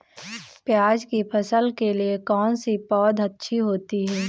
प्याज़ की फसल के लिए कौनसी पौद अच्छी होती है?